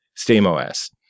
SteamOS